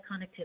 connectivity